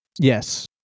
Yes